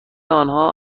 آنها